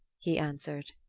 he answered.